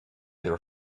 their